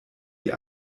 die